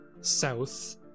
south